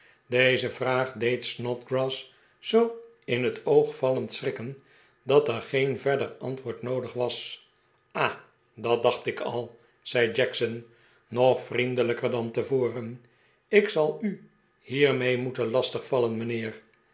deze vraag deed snodgrass zoo in het oog vallend schrikken dat er geen verder antwoord noodig was ah dat dacht ik al zei jackson nog vriendelijker dan tevoren ik zal u hiermee moeten lastig vallen mijnheer